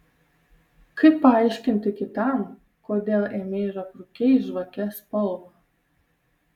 kaip paaiškinti kitam kodėl ėmei ir aprūkei žvake spalvą